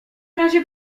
razie